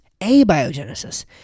abiogenesis